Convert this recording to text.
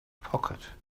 pocket